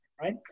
right